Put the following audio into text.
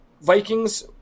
Vikings